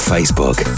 Facebook